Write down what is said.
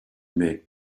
make